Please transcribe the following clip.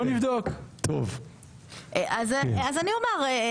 אז אני אומר,